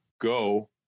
go